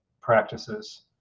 practices